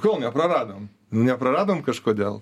ko nepraradom nepraradom kažkodėl